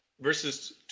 verses